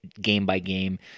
game-by-game